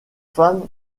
femmes